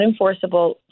unenforceable